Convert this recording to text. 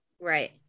Right